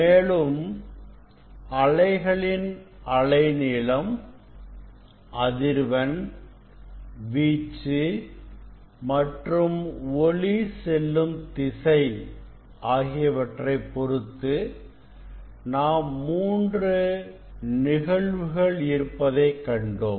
மேலும் அலைகளின் அலை நீளம் அதிர்வெண் வீச்சு மற்றும் ஒளி செல்லும் திசை ஆகியவற்றைப் பொருத்து நாம் மூன்று நிகழ்வுகள் இருப்பதைக் கண்டோம்